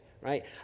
Right